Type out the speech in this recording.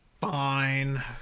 fine